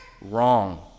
wrong